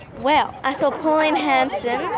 well, i saw pauline hanson,